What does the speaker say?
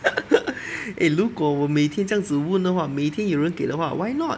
eh 如果我每天这样子问的话每天有人给的话 why not